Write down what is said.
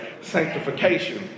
sanctification